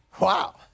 Wow